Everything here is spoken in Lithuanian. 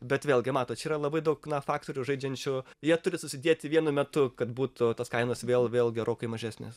bet vėlgi matot čia yra labai daug faktorių žaidžiančių jie turi susidėti vienu metu kad būtų tos kainos vėl vėl gerokai mažesnės